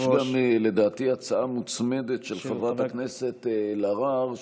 לדעתי יש גם הצעה מוצמדת של חברת הכנסת אלהרר.